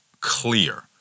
clear